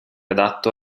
adatto